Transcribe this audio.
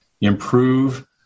improve